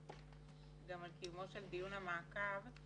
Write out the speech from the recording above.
גם על קיומו של דיון המעקב.